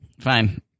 fine